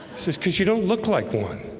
this is cuz you don't look like one